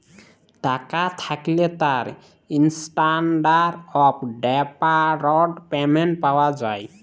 টাকা থ্যাকলে তার ইসট্যানডারড অফ ডেফারড পেমেন্ট পাওয়া যায়